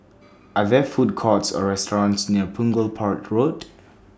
Are There Food Courts Or restaurants near Punggol Port Road